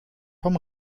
vom